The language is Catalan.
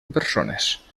persones